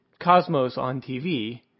CosmosOnTV